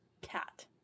cat